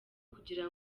kugira